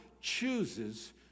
chooses